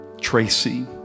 Tracy